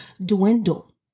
dwindle